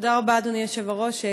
תודה רבה, אדוני היושב-ראש.